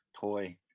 toy